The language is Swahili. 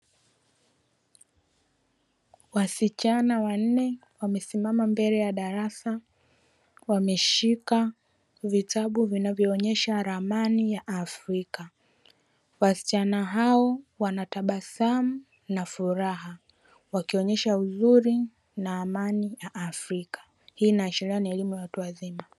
Wasichana wanne wamesimama mbele ya darasa, wameshika vitabu vinavyoonyesha ramani ya Afrika. Wasichana hao wana tabasamu na furaha, wakionyesha uzuri na amani ya Afrika. Hii inaashiria ni elimu ya watu wazima.